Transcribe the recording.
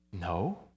No